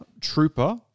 Trooper